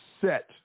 set